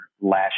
last